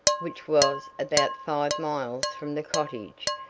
which was about five miles from the cottage,